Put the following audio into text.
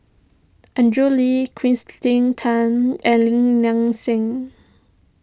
Andrew Lee Kirsten Tan and Lim Nang Seng